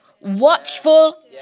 watchful